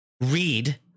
read